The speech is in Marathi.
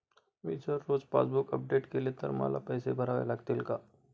मी जर रोज पासबूक अपडेट केले तर मला पैसे भरावे लागतील का?